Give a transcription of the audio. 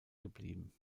geblieben